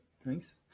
Thanks